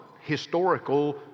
historical